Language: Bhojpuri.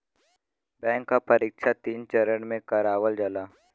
बैंक क परीक्षा तीन चरण में करावल जाला